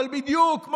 אבל בדיוק,